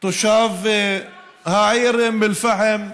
תושב העיר אום אל-פחם,